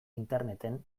interneten